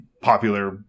popular